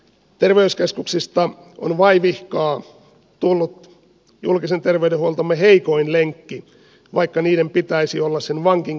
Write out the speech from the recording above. terveyskeskuksista on vaivihkaa tullut julkisen terveydenhuoltomme heikoin lenkki vaikka niiden pitäisi olla sen vankin kivijalka